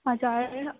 हजुर